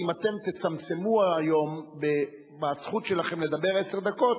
אם אתם תצמצמו היום בזכות שלכם לדבר עשר דקות,